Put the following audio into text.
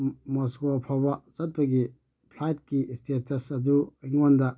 Moscow ꯐꯥꯎꯕ ꯆꯠꯄꯒꯤ ꯐ꯭ꯂꯥꯏꯠꯀꯤ ꯁ꯭ꯇꯦꯇꯁ ꯑꯗꯨ ꯑꯩꯉꯣꯟꯗ